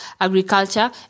agriculture